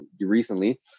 recently